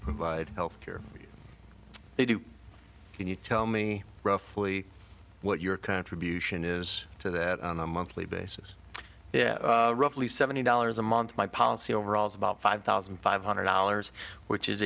provide health care if you can you tell me roughly what your contribution is to that on a monthly basis yeah roughly seventy dollars a month my policy overall is about five thousand five hundred dollars which is